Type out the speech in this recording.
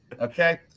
Okay